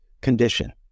condition